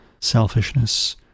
selfishness